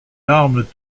larmes